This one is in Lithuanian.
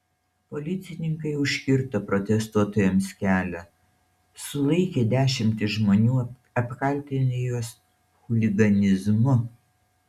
policininkai užkirto protestuotojams kelią sulaikė dešimtis žmonių apkaltinę juos chuliganizmu